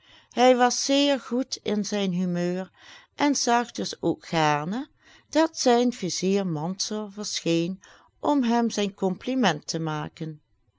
hij was zeer goed in zijn humeur en zag dus ook gaarne dat zijn vizier mansor verscheen om hem zijn compliment te maken